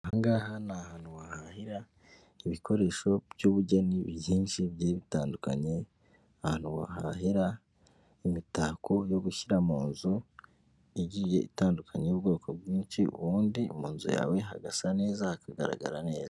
Aha ngaha ni ahantu wahahira ibikoresho by'ubugeni byinshi bigye bitandukanye, ahantu wahahira imitako yo gushyira mu nzu igiye itandukany y'ubwoko bwinshi, ubundi mu nzu yawe hagasa neza ha kagaragara neza.